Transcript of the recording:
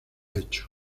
hecho